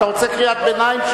אתה רוצה קריאת ביניים,